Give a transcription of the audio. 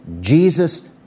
Jesus